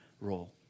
role